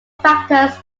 factors